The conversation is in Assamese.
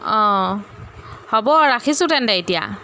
অঁ হ'ব ৰাখিছোঁ তেন্তে এতিয়া